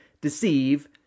deceive